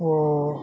وہ